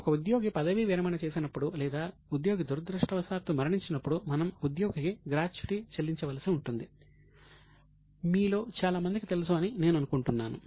ఒక ఉద్యోగి పదవీ విరమణ చేసినప్పుడు లేదా ఉద్యోగి దురదృష్టవశాత్తు మరణించినప్పుడు మనము ఉద్యోగికి గ్రాట్యుటీ చెల్లించవలసి ఉంటుందని మీలో చాలా మందికి తెలుసు అని నేను అనుకుంటున్నాను